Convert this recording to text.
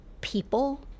people